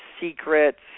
secrets